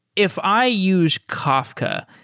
if i use kafka,